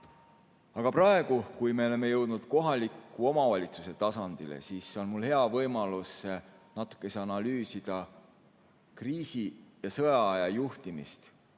praegu, kui me oleme jõudnud kohaliku omavalitsuse tasandile, on mul hea võimalus natuke analüüsida kriisi- ja sõjaaja juhtimist